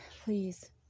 please